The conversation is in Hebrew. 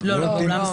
לא.